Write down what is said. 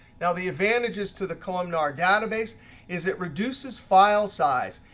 now, the advantages to the columnar database is it reduces file size.